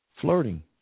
flirting